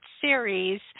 series